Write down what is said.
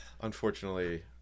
Unfortunately